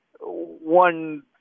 one